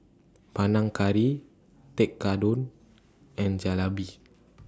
Panang Curry Tekkadon and Jalebi